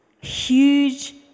huge